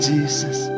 Jesus